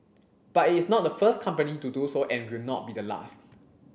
but it is not the first company to do so and will not be the last